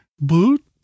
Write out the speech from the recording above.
Boot